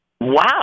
Wow